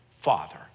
father